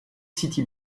city